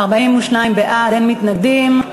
42 בעד, אין מתנגדים.